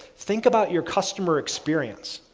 think about your customer experience.